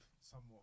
somewhat